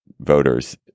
voters